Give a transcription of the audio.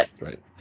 Right